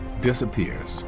disappears